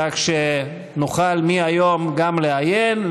כך שנוכל מהיום גם לעיין,